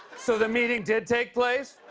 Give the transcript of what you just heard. so, the meeting did take place?